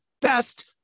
best